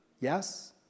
Yes